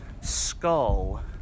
skull